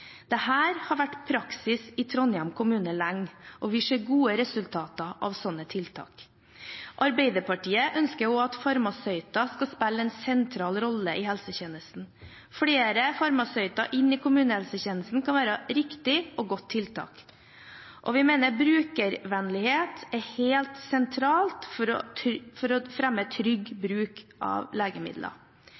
har vært praksis i Trondheim kommune lenge, og vi ser gode resultater av slike tiltak. Arbeiderpartiet ønsker også at farmasøyter skal spille en sentral rolle i helsetjenesten. Flere farmasøyter inn i kommunehelsetjenesten kan være et riktig og godt tiltak. Vi mener brukervennlighet er helt sentralt for å fremme trygg bruk av legemidler.